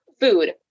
food